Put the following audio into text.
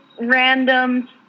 random